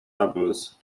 doubles